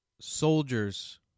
soldiers